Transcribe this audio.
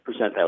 percentile